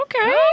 Okay